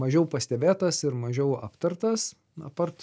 mažiau pastebėtas ir mažiau aptartas apart